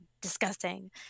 disgusting